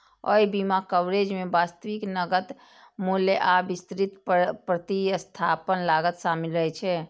अय बीमा कवरेज मे वास्तविक नकद मूल्य आ विस्तृत प्रतिस्थापन लागत शामिल रहै छै